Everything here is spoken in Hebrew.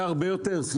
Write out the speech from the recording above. היה הרבה יותר.